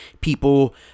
people